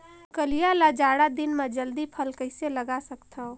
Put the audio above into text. रमकलिया ल जाड़ा दिन म जल्दी फल कइसे लगा सकथव?